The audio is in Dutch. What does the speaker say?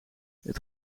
het